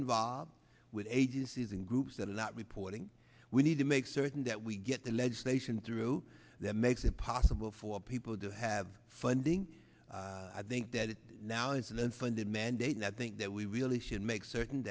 involved with agencies and groups that are not reporting we need to make certain that we get the legislation through that makes it possible for people to have funding i think that now is an unfunded mandate and i think that we really should make certain